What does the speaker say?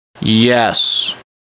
Yes